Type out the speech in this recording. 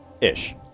Ish